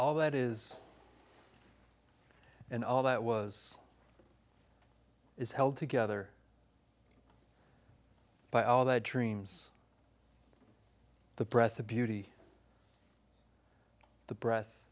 all that is and all that was is held together by all the dreams the breath the beauty the breath